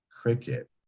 cricket